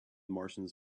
martians